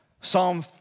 Psalm